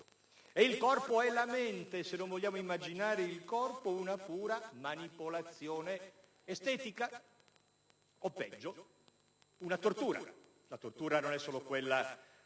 E il corpo è la mente, se non vogliamo immaginare il corpo una pura manipolazione estetica o, peggio, una tortura. La tortura non è solo quella